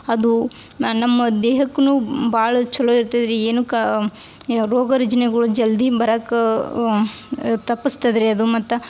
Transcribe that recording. ಅದು ನಮ್ಮ ದೇಹಕ್ಕೂ ಭಾಳ ಚಲೋ ಇರ್ತದೆ ರೀ ಏನು ಕಾ ಯ ರೋಗ ರುಜಿನಗಳು ಜಲ್ದಿ ಬರಕ್ಕೆ ತಪ್ಪಸ್ತದೆ ರೀ ಅದು ಮತ್ತು